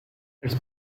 als